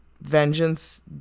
Vengeance